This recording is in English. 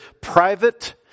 private